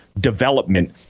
development